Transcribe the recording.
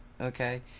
okay